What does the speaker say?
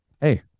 Hey